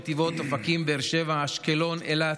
נתיבות, אופקים, באר שבע, אשקלון, אילת,